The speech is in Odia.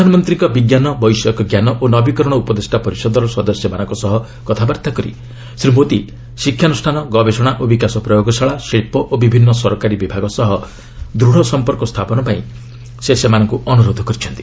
ପ୍ରଧାନମନ୍ତ୍ରୀଙ୍କ ବିଜ୍ଞାନ ବୈଷୟିକଜ୍ଞାନ ଓ ନବିକରଣ ଉପଦେଷ୍ଟା ପରିଷଦର ସମସ୍ୟମାନଙ୍କ ସହ କଥାବାର୍ତ୍ତା କରି' ଶ୍ରୀ ମୋଦି ଶିକ୍ଷାନୁଷ୍ଠାନ ଗବେଷଣା ଓ ବିକାଶ ପ୍ରୟୋଗଶାଳା ଶିଳ୍ପ ଓ ବିଭିନ୍ନ ସରକାରୀ ବିଭାଗ ସହ ଦୂଢ଼ ସମ୍ପର୍କ ସ୍ଥାପନ ପାଇଁ ସେମାନଙ୍କୁ ଅନୁରୋଧ କରିଛନ୍ତି